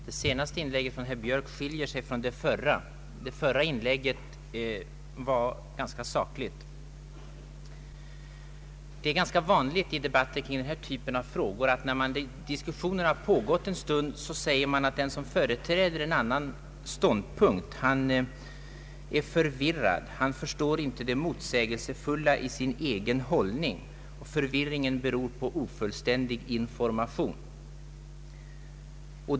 Herr talman! Det senaste inlägget från herr Björk skiljer sig från det förra. Det förra inlägget var ganska sakligt. Det är rätt vanligt i debatter kring den här typen av frågor att man, när diskussionen pågått en stund, säger att den som företräder en annan ståndpunkt är förvirrad, inte förstår det motsägelsefulla i sin egen hållning samt att förvirringen beror på ofullständig information.